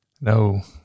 No